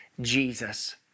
Jesus